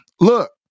Look